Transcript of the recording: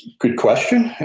good question,